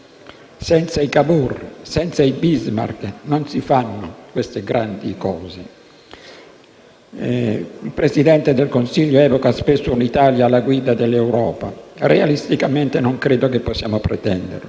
Senza i Cavour e i Bismarck non si fanno queste grandi cose. Il Presidente del Consiglio evoca spesso un'Italia alla guida dell'Europa. Realisticamente, non credo che possiamo pretenderlo.